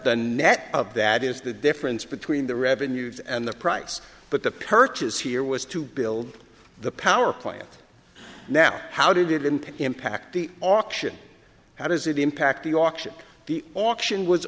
the net of that is the difference between the revenues and the price but the purchase here was to build the power plant now how did it in impact the auction how does it impact the auction the auction was